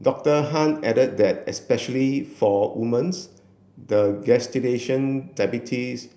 Doctor Han added that especially for woman's the gestation diabetes